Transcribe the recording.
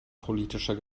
politischer